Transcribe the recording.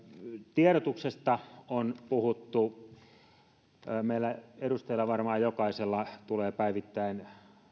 tiedotuksesta on puhuttu meille edustajille varmaan jokaiselle tulee päivittäin